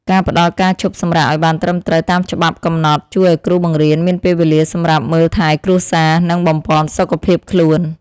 ការផ្តល់ការឈប់សម្រាកឱ្យបានត្រឹមត្រូវតាមច្បាប់កំណត់ជួយឱ្យគ្រូបង្រៀនមានពេលវេលាសម្រាប់មើលថែគ្រួសារនិងបំប៉នសុខភាពខ្លួន។